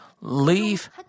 leave